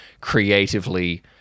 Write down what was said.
creatively